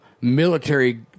military